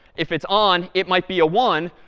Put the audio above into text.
if it's on, it might be a one,